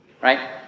Right